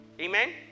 Amen